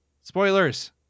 Spoilers